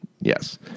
Yes